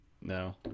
No